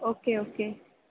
okay okay